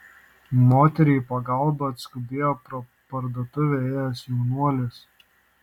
moteriai į pagalbą atskubėjo pro parduotuvę ėjęs jaunuolis